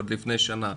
עוד לפני שנה.